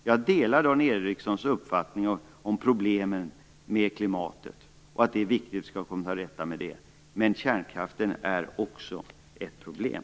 Jag delar Dan Ericssons uppfattning om problemen med klimatet, om att det är viktigt att komma till rätta med det. Men kärnkraften är också ett problem.